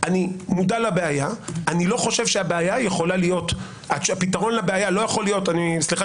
אני מודע לבעיה ואני לא חושב שהפתרון לבעיה לא יכול להיות סליחה,